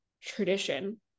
tradition